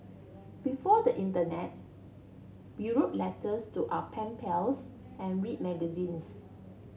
before the internet we wrote letters to our pen pals and read magazines